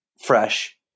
fresh